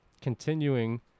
continuing